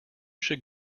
should